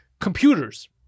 computers